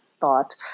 thought